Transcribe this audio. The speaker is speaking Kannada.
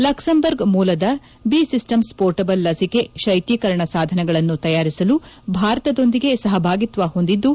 ಲಕ್ಸೆಂಬರ್ಗ್ ಮೂಲದ ಬಿ ಸಿಸ್ವಿಮ್ಸ್ ಪೋರ್ಟಬಲ್ ಲಸಿಕೆ ಶೈತ್ಯೀಕರಣ ಸಾಧನಗಳನ್ನು ತಯಾರಿಸಲು ಭಾರತದೊಂದಿಗೆ ಸಹಭಾಗಿತ್ವ ಹೊಂದಿದ್ದು